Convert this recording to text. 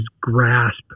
grasp